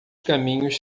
caminhos